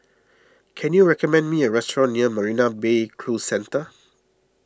can you recommend me a restaurant near Marina Bay Cruise Centre